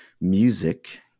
Music